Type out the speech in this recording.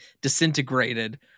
disintegrated